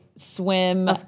swim